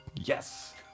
Yes